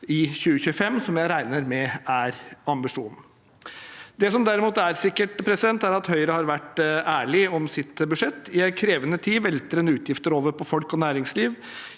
i 2025, som jeg regner med er ambisjonen. Det som derimot er sikkert, er at Høyre har vært ærlig om sitt budsjett. I en krevende tid velter en utgifter over på folk og næringsliv